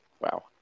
Wow